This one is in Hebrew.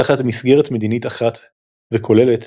תחת מסגרת מדינית אחת וכוללת,